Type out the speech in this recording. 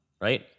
right